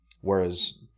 Whereas